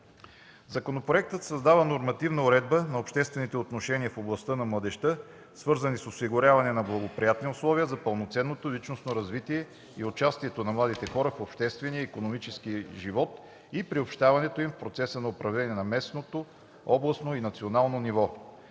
Законопроектът създава нормативна уредба на обществените отношения в областта на младежта, свързани с осигуряване на благоприятни условия за пълноценно личностно развитие и участие на младите хора в обществения и икономическия живот и приобщаването им в процеса на управлението на местно, областно и национално ниво.